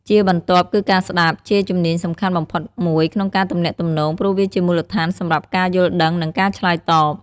ជាបន្ទាប់ គឺការស្ដាប់ ជាជំនាញសំខាន់បំផុតមួយក្នុងការទំនាក់ទំនង ព្រោះវាជាមូលដ្ឋានសម្រាប់ការយល់ដឹង និងការឆ្លើយតប។